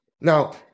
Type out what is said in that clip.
now